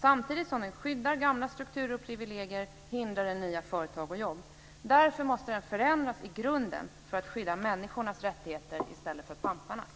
Samtidigt som den skydddar gamla strukturer och privilegier hindrar den nya företag och jobb. Därför måste den förändras i grunden för att skydda människornas rättigheter i stället för pamparnas.